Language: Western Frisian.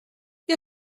hja